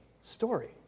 story